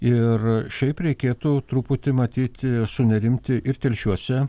ir šiaip reikėtų truputį matyti sunerimti ir telšiuose